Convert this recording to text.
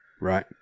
Right